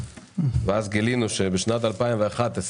ואז גילינו שבשנת 2011,